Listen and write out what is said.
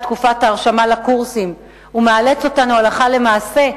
תקופת ההרשמה לקורסים ומאלץ אותם הלכה למעשה,